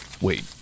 Wait